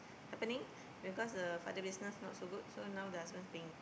happening because the father business not so good so now the husband paying